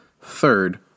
Third